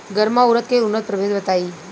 गर्मा उरद के उन्नत प्रभेद बताई?